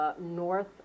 north